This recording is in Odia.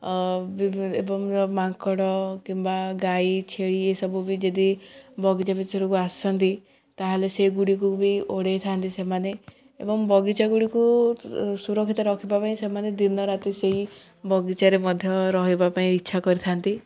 ଏବଂ ମାଙ୍କଡ଼ କିମ୍ବା ଗାଈ ଛେଳି ଏସବୁ ବି ଯଦି ବଗିଚା ପିତରକୁ ଆସନ୍ତି ତା'ହେଲେ ସେଗୁଡ଼ିକୁ ବି ଉଡ଼େଇ ଥାନ୍ତି ସେମାନେ ଏବଂ ବଗିଚା ଗୁଡ଼ିକୁ ସୁରକ୍ଷିତ ରଖିବା ପାଇଁ ସେମାନେ ଦିନ ରାତି ସେଇ ବଗିଚାରେ ମଧ୍ୟ ରହିବା ପାଇଁ ଇଚ୍ଛା କରିଥାନ୍ତି